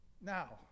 now